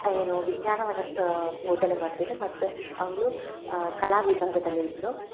ಏನು ವಿಜ್ಞಾನವನ್ನ ಬೋಧನೆ ಮಾಡ್ತಿದ್ದೆ ಮತ್ತು ಅವಳು ಕಲಾ ವಿಭಾಗದಲ್ಲಿ ಇದ್ಲು